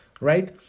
right